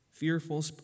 fearful